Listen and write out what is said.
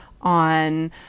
on